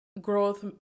growth